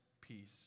peace